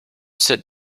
sit